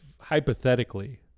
hypothetically